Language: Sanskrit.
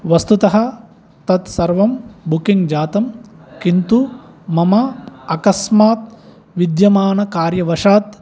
वस्तुतः तत् सर्वं बुकिङ्ग् जातं किन्तु मम अकस्मात् विद्यमानकार्यवशात्